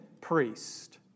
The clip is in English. priest